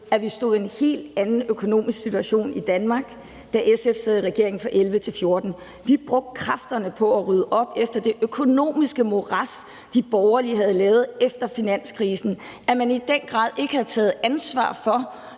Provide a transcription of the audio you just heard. at vi stod i en helt anden økonomisk situation i Danmark, da SF sad i regering fra 2011 til 2014. Vi brugte kræfterne på at rydde op efter det økonomiske morads, de borgerlige havde lavet, efter finanskrisen. Man havde i virkeligheden i den grad ikke taget ansvar for